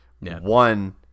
One